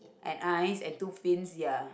and eyes and two fins ya